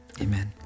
amen